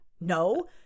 no